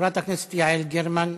חברת הכנסת יעל גרמן,